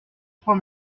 trois